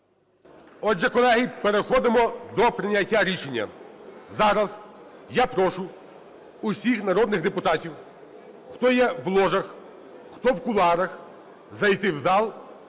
Отже, колеги, переходимо до прийняття рішення. Зараз я прошу всіх народних депутатів, хто є в ложах, хто в кулуарах, зайти в зал